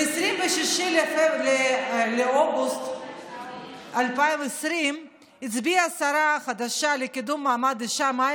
ב-26 באוגוסט 2020 הצביעה השרה החדשה לקידום מעמד האישה מאי